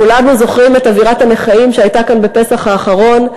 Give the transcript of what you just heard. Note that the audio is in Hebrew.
כולנו זוכרים את אווירת הנכאים שהייתה כאן בפסח האחרון,